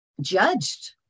judged